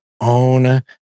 own